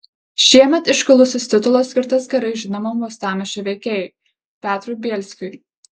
šiemet iškilusis titulas skirtas gerai žinomam uostamiesčio veikėjui petrui bielskiui